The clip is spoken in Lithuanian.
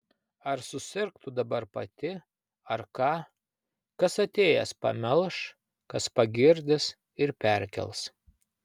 ar susirgtų dabar pati ar ką kas atėjęs pamelš kas pagirdys ir perkels